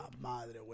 madre